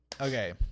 Okay